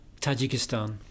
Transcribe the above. tajikistan